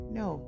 no